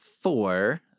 four